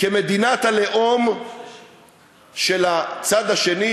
כמדינת הלאום של הצד השני,